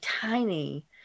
tiny